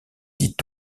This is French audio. dit